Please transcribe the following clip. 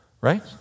Right